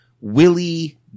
Willie